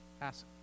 Ask